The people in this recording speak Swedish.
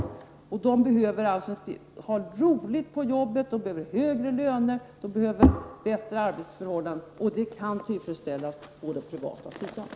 Men de som arbetar inom barnomsorgen vill ha roligt på jobbet, högre löner och bättre arbetsförhållanden. Och detta kan tillfredsställas på den privata sidan.